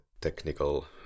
technical